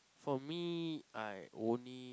for me I only